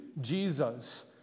Jesus